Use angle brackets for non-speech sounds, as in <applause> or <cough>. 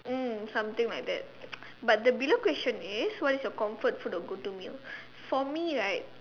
mm something like that <noise> but the below question is what is your comfort food or go to meal for me right